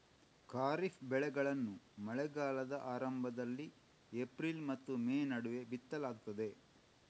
ಖಾರಿಫ್ ಬೆಳೆಗಳನ್ನು ಮಳೆಗಾಲದ ಆರಂಭದಲ್ಲಿ ಏಪ್ರಿಲ್ ಮತ್ತು ಮೇ ನಡುವೆ ಬಿತ್ತಲಾಗ್ತದೆ